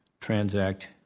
transact